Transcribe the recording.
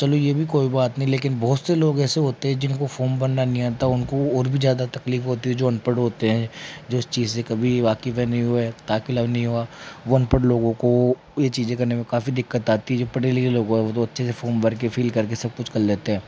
चलो ये भी कोई बात नहीं लेकिन बहुत से लोग ऐसे होते हैं जिनको फॉर्म भरना नहीं आता उनको और भी ज़्यादा तकलीफ होती है जो अनपढ़ होते हैं जो इस चीज़ से कभी वाकिफ़ ऐ नहीं हुए ताकुला नहीं हुआ वो अनपढ़ लोगों को ये चीज़ें करने में काफी दिक्कत आती है जो पढ़े लिखे लोग बाग वो तो अच्छे से फॉर्म भर के फिल करके सब कुछ कर लेते हैं